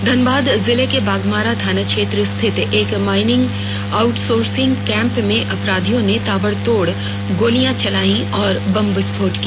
धनबाद जिले के बाघमारा थाना क्षेत्र स्थित एक माइनिंग आउटसोर्सिंग कैम्प में अपराधियों ने ताबड़तोड़ गोलियां चलाई और बम विस्फोट किया